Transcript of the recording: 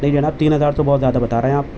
نہیں جناب تین ہزار تو بہت زیادہ بتا رہے ہیں آپ